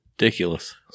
ridiculous